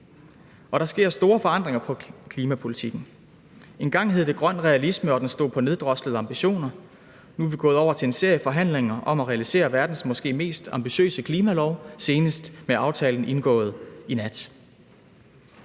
Der sker store forandringer i klimapolitikken. Engang hed det grøn realisme, og den stod på neddroslede ambitioner. Nu er vi gået over til en serie forhandlinger om at realisere verdens måske mest ambitiøse klimalov, senest med aftalen indgået i nat.